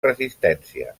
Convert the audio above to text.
resistència